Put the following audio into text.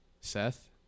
Seth